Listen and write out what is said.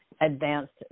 advanced